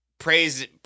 Praise